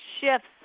shifts